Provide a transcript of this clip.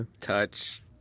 Touch